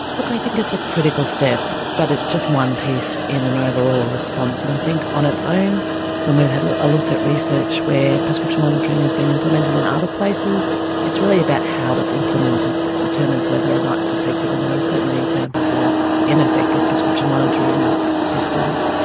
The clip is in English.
look, i think it's a critical step but it's just one piece in an overall response and i think on its own when we've had a look at research where prescription monitoring has been implemented in other places it's really about how it's implemented that determines whether or not it's effective, and there are certainly examples of ineffective prescription monitoring systems.